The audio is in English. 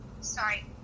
sorry